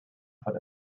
put